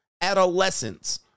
adolescents